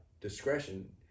discretion